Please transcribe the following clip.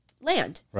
land